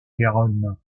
garonne